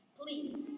Please